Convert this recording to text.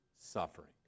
suffering